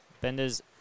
Benders